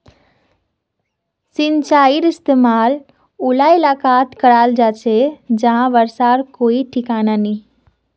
सिंचाईर इस्तेमाल उला इलाकात कियाल जा छे जहां बर्षार कोई ठिकाना नी